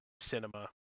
cinema